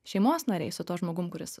šeimos nariai su tuo žmogum kuris